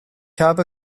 habe